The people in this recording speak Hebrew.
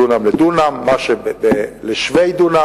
דונם לדונם, מה שלשווי-דונם.